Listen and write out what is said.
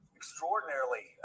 extraordinarily